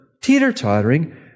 teeter-tottering